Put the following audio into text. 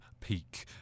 peak